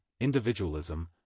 individualism